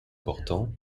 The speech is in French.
portant